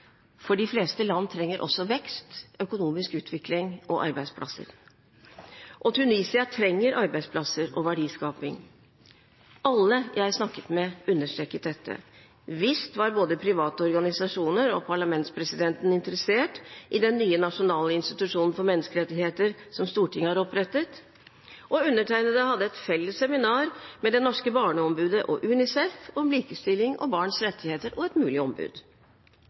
for de fleste land trenger også vekst, økonomisk utvikling og arbeidsplasser. Tunisia trenger arbeidsplasser og verdiskaping. Alle jeg snakket med, understreket dette. Visst var både private organisasjoner og parlamentspresidenten interessert i den nye nasjonale institusjonen for menneskerettigheter, som Stortinget har opprettet. Og undertegnede hadde et felles seminar med det norske barneombudet og UNICEF om likestilling og barns rettigheter og et mulig ombud.